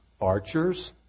archers